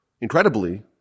incredibly